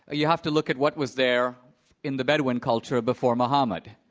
ah you have to look at what was there in the bedouin culture before mohammed.